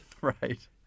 Right